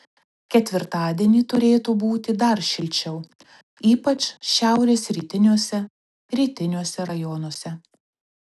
ketvirtadienį turėtų būti dar šilčiau ypač šiaurės rytiniuose rytiniuose rajonuose